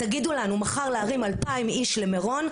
תגידו לנו מחר להרים אלפיים איש למירון,